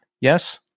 Yes